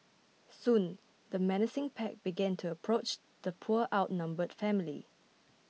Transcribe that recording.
soon the menacing pack began to approach the poor outnumbered family